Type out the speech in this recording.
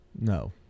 No